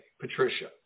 Patricia